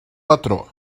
patró